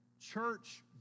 church